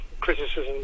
criticism